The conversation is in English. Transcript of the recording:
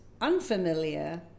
unfamiliar